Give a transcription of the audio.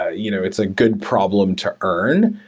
ah you know it's a good problem to earn.